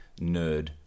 nerd